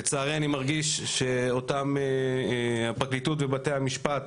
לצערי אני מרגיש שהפרקליטות ובתי המשפט